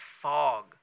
fog